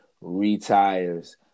retires